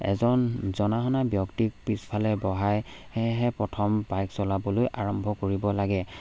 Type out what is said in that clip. এজন জনা শুনা ব্যক্তিক পিছফালে বহাই হে প্ৰথম বাইক চলাবলৈ আৰম্ভ কৰিব লাগে